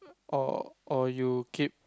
or or you keep